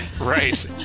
Right